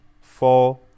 four